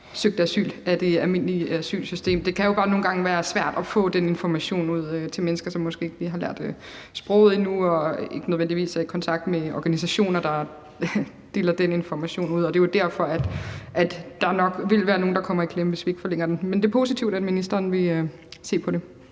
søgte asyl i det almindelige asylsystem. Det kan jo bare nogle gange være svært at få den information ud til mennesker, som måske ikke lige har lært sproget endnu og ikke nødvendigvis er i kontakt med organisationer, der deler den information ud. Og det er jo derfor, at der nok vil være nogle, der kommer i klemme, hvis vi ikke forlænger den. Men det er positivt, at ministeren vil se på det